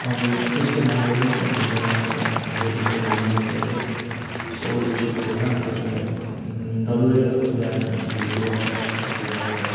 अरू त्यस्तो महँगो पनि छैन त्यो जगा त्यो बोटिङ तपाईँले गर्नु हुन्छ यस्तै सय दुई सय रुप्पेमा तपाईँलाई डल्लै तपाईँको त्यहाँ झिलको तपाईँलाई